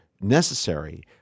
necessary